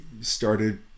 started